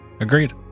agreed